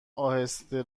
اهسته